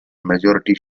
majority